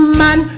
man